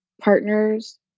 partners